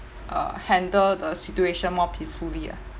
uh handle the situation more peacefully ah